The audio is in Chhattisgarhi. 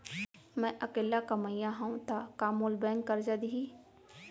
मैं अकेल्ला कमईया हव त का मोल बैंक करजा दिही?